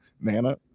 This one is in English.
nana